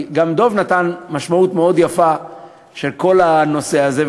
כי גם דב נתן משמעות מאוד יפה של כל הנושא הזה.